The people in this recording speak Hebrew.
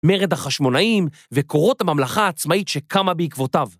מרד החשמונאים וקורות הממלכה העצמאית שקמה בעקבותיו.